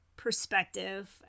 perspective